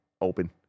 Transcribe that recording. open